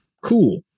Cool